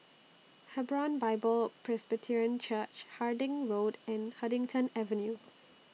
Hebron Bible Presbyterian Church Harding Road and Huddington Avenue